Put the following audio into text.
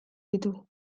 ditu